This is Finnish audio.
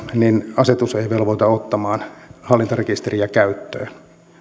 asetus ei velvoita ottamaan hallintarekisteriä käyttöön